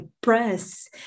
press